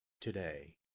today